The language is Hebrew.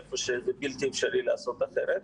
היכן שזה בלתי אפשרי לעשות אחרת.